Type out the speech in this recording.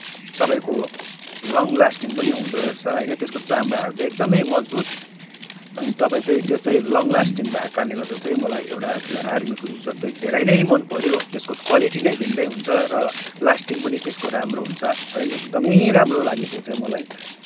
तपाईँको long lasting पनि हुँदोरहेछ होइन त्यसको चमडाहरू चाहिँ एकदमै मजबुत अनि तपाईँ चाहिँ त्यो चाहिँ लङ्ग लास्टिङ भएको कारणले गर्दा चाहिँ मलाई एउटा त्यो आर्मीको जुत्ता चाहिँ धेरै नै मनपऱ्यो त्यसको क्वालिटी नै भिन्दै हुन्छ र लास्टिङ पनि त्यसको राम्रो हुन्छ है एकदमै राम्रो लाग्यो त्यो चाहिँ मलाई